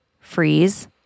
freeze